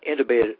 intubated